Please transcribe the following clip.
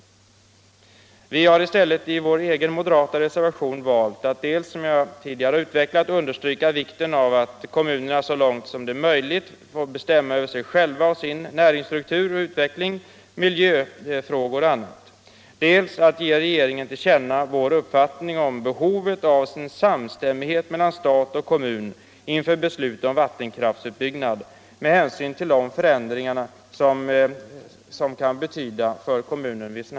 Moderaterna har i stället i en egen reservation valt dels att, som jag tidigare har utvecklat, understryka vikten av att kommunerna så långt som det är möjligt får bestämma över sig själva, sin näringsstruktur, miljö m.m., dels att föreslå att riksdagen ger regeringen till känna vår uppfattning om behovet av samstämmighet mellan stat och kommun inför beslut om vattenkraftsutbyggnad med hänsyn till de förändringar som sådana beslut kan medföra för en kommun.